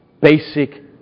Basic